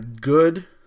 good